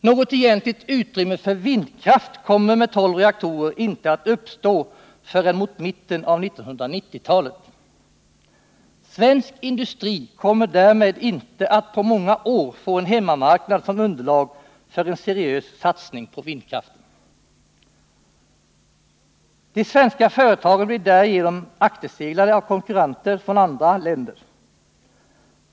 Något egentligt utrymme för vindkraft kommer med tolv reaktorer inte att uppstå förrän mot mitten av 1990-talet. Svensk industri kommer därmed inte att på många år få en hemmamarknad som underlag för en seriös satsning på vindkraften. De svenska företagen blir därigenom akterseglade av konkurrenter från andra länder.